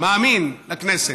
מאמין לכנסת.